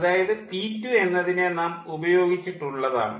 അതായത് പി 2 എന്നതിനെ നാം ഉപയോഗിച്ചിട്ടുള്ളതാണ്